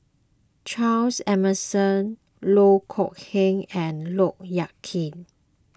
Charles Emmerson Loh Kok Heng and Look Yan Kit